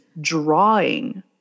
drawing